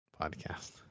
podcast